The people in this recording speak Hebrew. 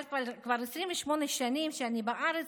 אבל כבר 28 שנים אני בארץ,